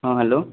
ହଁ ହ୍ୟାଲୋ